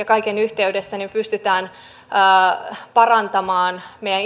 kaiken yhteydessä pystymme parantamaan meidän